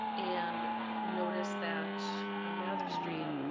and noticed that on mather street,